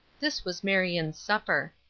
this was marion's supper.